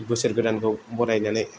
बोसोर गोदानखौ बरायनानै